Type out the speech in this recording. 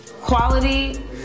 quality